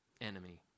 enemy